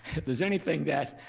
if there's anything that